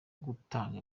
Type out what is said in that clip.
gutanga